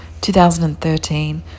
2013